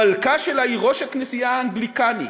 המלכה שלה היא ראש הכנסייה האנגליקנית.